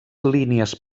línies